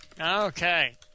Okay